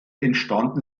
entstanden